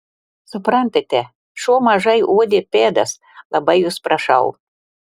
suprantate šuo mažai uodė pėdas labai jus prašau